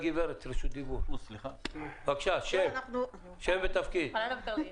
בבקשה, גברתי.